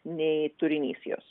nei turinys jos